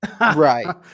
Right